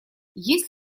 есть